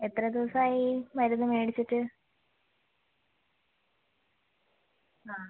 എത്ര ദിവസമായി മരുന്ന് മേടിച്ചിട്ട് ആ